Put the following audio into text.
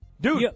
Dude